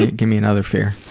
give me another fear.